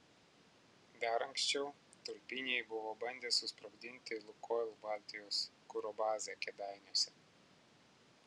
dar anksčiau tulpiniai buvo bandę susprogdinti lukoil baltijos kuro bazę kėdainiuose